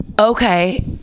Okay